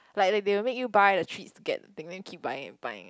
like they will make you buy the treats to get the thing then you keep buying and buying